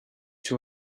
two